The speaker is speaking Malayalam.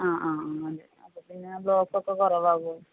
ആ ആ ആ അതെ അപ്പോൾ പിന്നെ ബ്ലോക്ക് ഒക്കെ കുറവാവുമോ